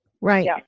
Right